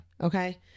Okay